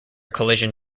collision